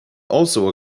also